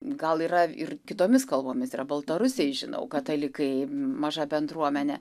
gal yra ir kitomis kalbomis yra baltarusiai žinau katalikai maža bendruomenė